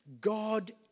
God